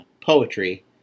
poetry